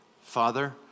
Father